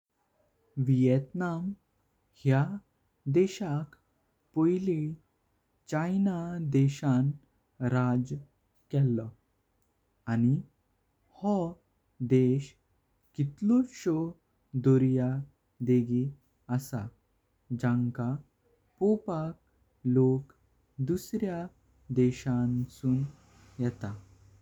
Vietnam ह्या देशाक पोइली चीन देशान राज केलो अनि हो देश कितल्योशो दर्या देगी आसा। ज्या का पोवपाक लोक दुसर्या देशान सुं येता।